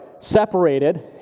separated